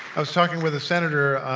i was talking with a senator,